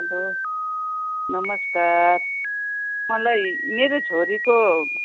hello नमस्कार मलाई मेरो छोरीको